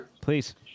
please